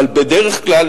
אבל בדרך כלל